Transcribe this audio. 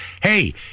Hey